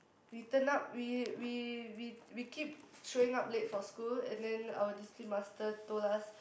we turn up we we we we keep showing up late for school and then our discipline master told us